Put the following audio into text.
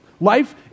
Life